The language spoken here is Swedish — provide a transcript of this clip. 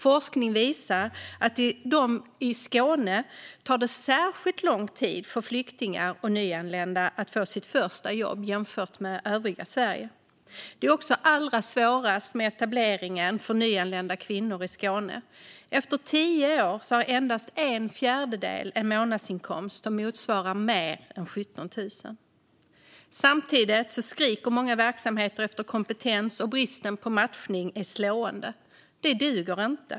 Forskning visar att det i Skåne tar särskilt lång tid för flyktingar och nyanlända att få sitt första jobb jämfört med övriga Sverige. Det är också allra svårast med etableringen för nyanlända kvinnor i Skåne. Efter tio år har endast en fjärdedel en månadsinkomst som motsvarar mer än 17 000 kronor. Samtidigt skriker många verksamheter efter kompetens, och bristen på matchning är slående. Det duger inte.